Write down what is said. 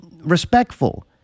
respectful